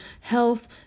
health